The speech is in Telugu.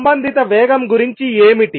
సంబంధిత వేగం గురించి ఏమిటి